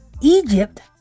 Egypt